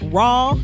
raw